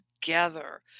together